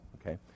okay